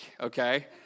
okay